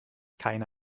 keine